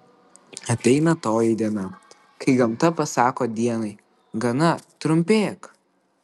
ateina toji diena kai gamta pasako dienai gana trumpėk